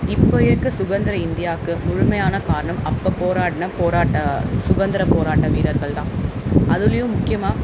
இப்போ இருக்கற சுதந்திர இந்தியாவுக்கு முழுமையான காரணம் அப்போ போராடின போராட்ட சுதந்திர போராட்ட வீரர்கள் தான் அதுலேயும் முக்கியமாக